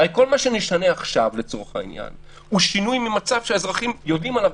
כל מה שנשנה עכשיו הוא שינוי ממצב שהאזרחים יודעים עליו,